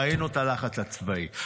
ראינו את הלחץ לצבאי,